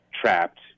trapped